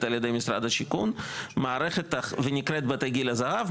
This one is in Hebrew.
מנוהלת על ידי משרד השיכון ונקראת בתי גיל הזהב,